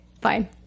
fine